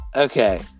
Okay